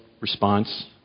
response